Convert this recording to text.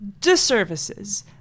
disservices